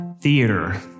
theater